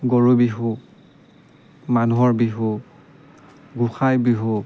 গৰু বিহু মানুহৰ বিহু গোসাই বিহু